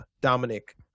Dominic